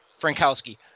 Frankowski